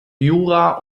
jura